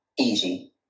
easy